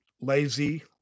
lazy